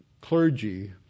clergy